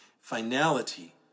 finality